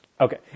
okay